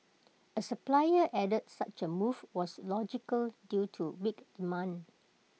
A supplier added such A move was logical due to weak demand